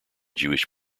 jewish